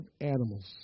animals